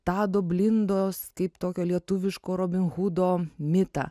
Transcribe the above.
tado blindos kaip tokio lietuviško robino hudo mitą